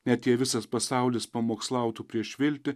net jei visas pasaulis pamokslautų prieš viltį